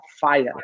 fire